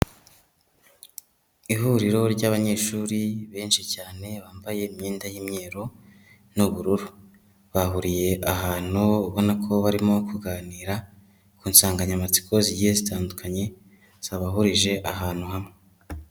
Ihuriro ry'abanyeshuri benshi cyane bambaye imyenda y'imyeru n'ubururu. Bahuriye ahantu ubona ko barimo kuganira ku nsanganyamatsiko zigiye zitandukanye zabahurije ahantu hamwe.